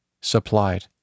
supplied